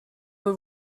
were